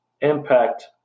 impact